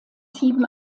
sieben